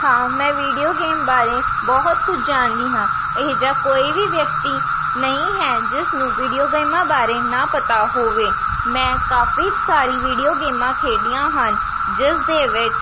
ਹਾਂ ਮੈਂ video game ਬਾਰੇ ਬਹੁਤ ਕੁਝ ਜਾਣਦੀ ਹਾਂ ਇਹੋ ਜਿਹਾ ਕੋਈ ਵੀ ਵਿਅਕਤੀ ਨਹੀਂ ਹੈ ਜਿਸ ਨੂੰ ਵੀਡੀਓ ਗੇਮਾਂ ਬਾਰੇ ਨਾ ਪਤਾ ਹੋਵੇ ਮੈਂ ਕਾਫੀ ਸਾਰੀਆਂ ਵੀਡੀਓ ਗੇਮਾਂ ਖੇਡੀਆਂ ਹਨ ਜਿਸ ਦੇ ਵਿੱਚ